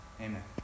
Amen